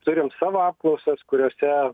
turim savo apklausas kuriose